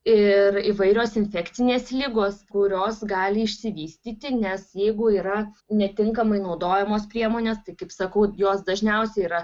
ir įvairios infekcinės ligos kurios gali išsivystyti nes jeigu yra netinkamai naudojamos priemonės tai kaip sakau jos dažniausiai yra